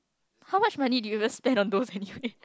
how much money do you just spend on those anyway